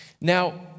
Now